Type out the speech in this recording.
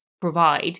provide